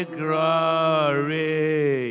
glory